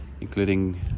including